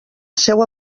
seua